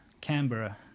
Canberra